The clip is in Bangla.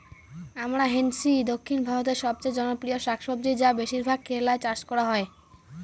আমরান্থেইসি দক্ষিণ ভারতের সবচেয়ে জনপ্রিয় শাকসবজি যা বেশিরভাগ কেরালায় চাষ করা হয়